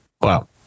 Wow